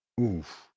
oof